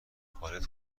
حالت